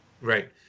Right